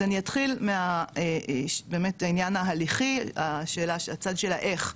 אז אני אתחיל באמת מהעניין ההליכי, הצד של האייך,